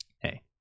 hey